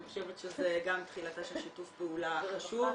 אני חושבת שזה גם תחילתו של שיתוף פעולה חשוב.